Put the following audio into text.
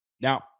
Now